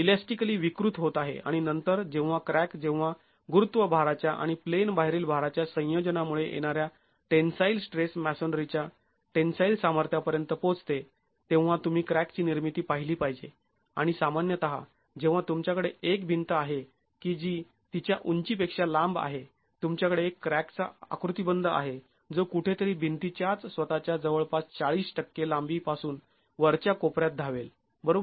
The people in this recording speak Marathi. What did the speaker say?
ईलॅस्टीकली विकृत होत आहे आणि नंतर जेव्हा क्रॅक जेव्हा गुरुत्व भाराच्या आणि प्लेन बाहेरील भाराच्या संयोजनामुळे येणाऱ्या टेन्साईल स्ट्रेस मॅसोनरीच्या टेन्साईल सामर्थ्यापर्यंत पोहचते तेव्हा तुम्ही क्रॅकची निर्मिती पाहिली पाहिजे आणि सामान्यतः जेव्हा तुमच्याकडे एक भिंत आहे की जी तिच्या उंची पेक्षा लांब आहे तुमच्याकडे एक क्रॅकचा आकृतीबंध आहे जो कुठेतरी भिंतीच्याच स्वतःच्या जवळपास ४० लांबी पासून वरच्या कोपर्यात धावेल बरोबर